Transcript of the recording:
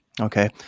Okay